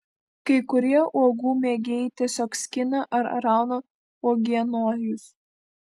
kai kurie uogų mėgėjai tiesiog skina ar rauna uogienojus